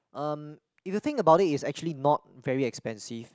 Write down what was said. um if you think about it it's actually not very expensive